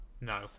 no